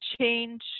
change